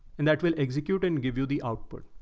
and that will execute and give you the output.